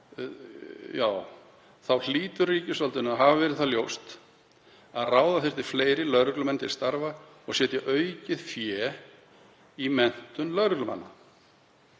hlýtur ríkisvaldinu að hafa verið ljóst að ráða þyrfti fleiri lögreglumenn til starfa og setja aukið fé í menntun lögreglumanna.